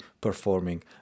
performing